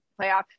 playoff